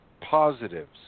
positives